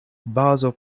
bazo